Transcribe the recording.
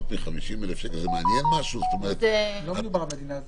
מ-50 אלף שקל --- לא מדובר במדינה זרה.